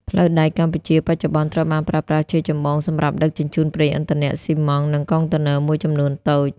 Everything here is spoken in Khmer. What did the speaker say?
ផ្លូវដែកកម្ពុជាបច្ចុប្បន្នត្រូវបានប្រើប្រាស់ជាចម្បងសម្រាប់ដឹកជញ្ជូនប្រេងឥន្ធនៈ ស៊ីម៉ងត៍ និងកុងតឺន័រមួយចំនួនតូច។